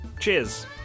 Cheers